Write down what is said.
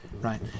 Right